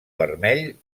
vermell